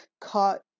caught